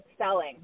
selling